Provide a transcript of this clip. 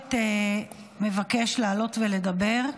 התקשורת מבקש לעלות ולדבר.